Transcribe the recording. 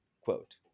quote